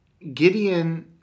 Gideon